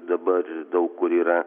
dabar daug kur yra